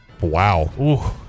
Wow